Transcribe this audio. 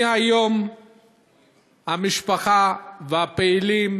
מהיום המשפחה והפעילים